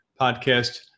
podcast